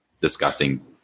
discussing